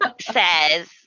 says